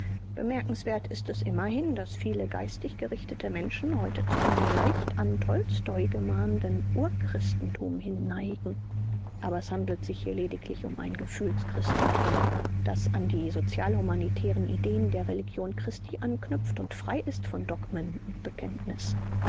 bemerkenswert ist es immerhin daß viele geistig gerichtete menschen heute zu einem leicht an tolstoi gemahnenden urchristentum hinneigen aber es handelt sich hier lediglich um ein gefühlschristentum das an die sozialhumanitären ideen der religion christi anknüpft und frei ist von dogmen und bekenntnis